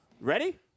Ready